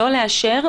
לא לאשר,